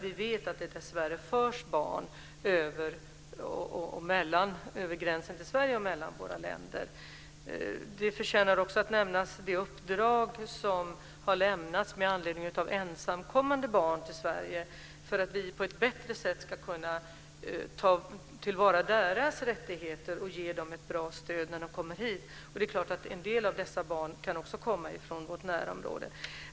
Vi vet att det dessvärre förs barn över gränsen till Sverige och mellan våra länder. Det förtjänar också att nämnas att det har lämnats ett uppdrag med anledning av ensamkommande barn till Sverige för att vi på ett bättre sätt ska kunna ta till vara deras rättigheter och ge dem ett bra stöd när de kommer hit. En del av dessa barn kan också komma från vårt närområde.